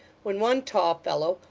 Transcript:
when one tall fellow,